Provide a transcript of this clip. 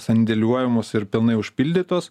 sandėliuojamos ir pilnai užpildytos